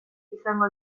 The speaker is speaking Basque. izango